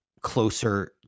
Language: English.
closer